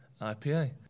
IPA